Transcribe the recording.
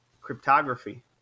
cryptography